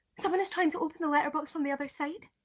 someone is trying to open the letterbox from the other side.